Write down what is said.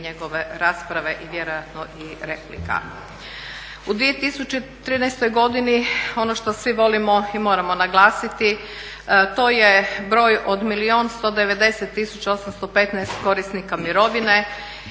U 2013. godini ono što svi volimo i moramo naglasiti, to je broj od milijun 190 tisuća 815 korisnika mirovine